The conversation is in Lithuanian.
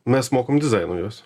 mes mokam dizaino juos